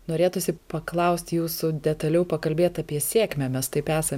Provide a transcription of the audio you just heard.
norėtųsi paklausti jūsų detaliau pakalbėti apie sėkmę mes taip esam